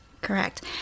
Correct